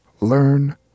learn